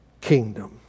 kingdom